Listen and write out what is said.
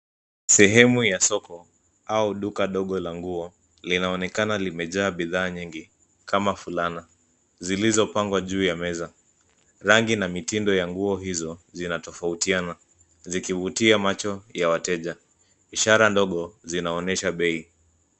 Sehemu ya soko au duka dogo la nguo linaonekana limejaa bidhaa nyingi kama fulana zilizopangwa juu ya meza. Rangi na mitindo ya nguo hizo zinatofautiana zikivutia macho ya wateja. Ishara ndogo zinaonyesha bei.